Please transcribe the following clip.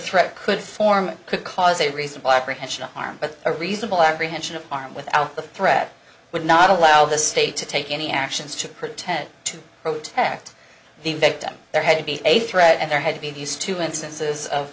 threat could form could cause a reasonable apprehension of harm but a reasonable apprehension of harm without the threat would not allow the state to take any actions to pretend to protest the victim there had to be a threat and there had to be these two instances of